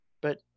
but-